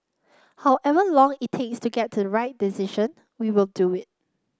however long it takes to get the right decision we will do it